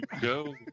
go